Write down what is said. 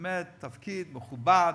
באמת, תפקיד מכובד,